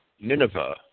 Nineveh